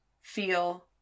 feel